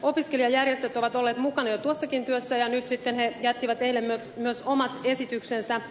opiskelijajärjestöt ovat olleet mukana jo tuossakin työssä ja nyt sitten ne jättivät eilen myös omat esityksensä